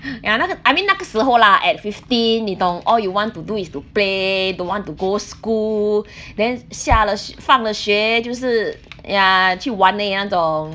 ya 那个 I mean 那个时候 lah at fifteen 你懂 all you want to do is to play don't want to go school then 下了放了学就是 ya 去玩而已那种